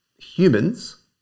Humans